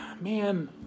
man